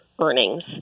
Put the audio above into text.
earnings